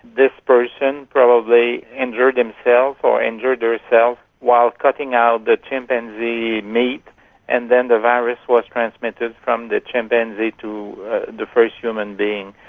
this person probably injured himself or injured herself while cutting out the chimpanzee meat and then the virus was transmitted from the chimpanzee to the first human being.